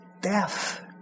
death